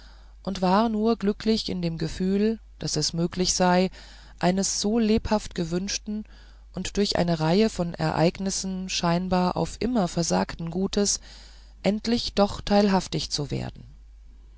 und war nur glücklich in dem gefühl daß es möglich sei eines so lebhaft gewünschten und durch eine reihe von ereignissen scheinbar auf immer versagten gutes endlich doch teilhaft zu werden